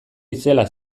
itzela